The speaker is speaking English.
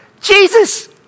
Jesus